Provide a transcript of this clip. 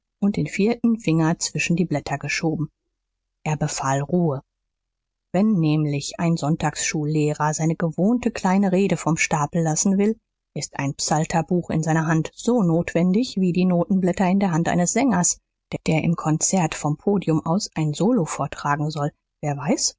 und den vierten finger zwischen die blätter geschoben er befahl ruhe wenn nämlich ein sonntagsschullehrer seine gewohnte kleine rede vom stapel lassen will ist ein psalterbuch in seiner hand so notwendig wie die notenblätter in der hand eines sängers der im konzert vom podium aus ein solo vortragen soll wer weiß